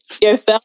Yes